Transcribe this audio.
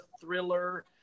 thriller